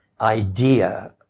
idea